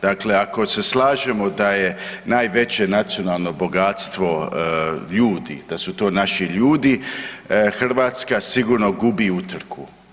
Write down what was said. Dakle, ako se slažemo da je najveće nacionalno bogatstvo ljudi, da su to naši ljudi, Hrvatska sigurno gubi utrku.